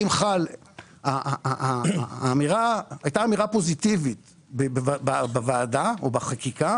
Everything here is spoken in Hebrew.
הייתה אמירה פוזיטיבית בוועדה או בחקיקה,